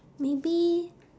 maybe